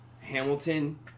Hamilton